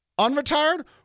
Unretired